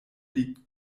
liegt